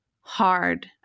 hard